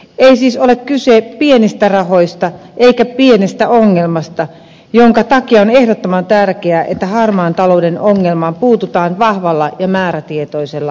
ei siis ole kyse pienistä rahoista eikä pienestä ongelmasta minkä takia on ehdottoman tärkeää että harmaan talouden ongelmaan puututaan vahvalla ja määrätietoisella otteella